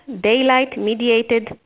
daylight-mediated